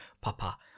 papa